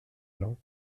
lent